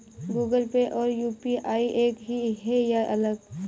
Google Pay और UPI एक ही है या अलग?